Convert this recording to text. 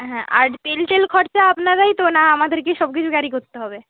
হ্যাঁ আর তেল টেল খরচা আপনারাই তো না আমাদেরকেই সব কিছু ক্যারি করতে হবে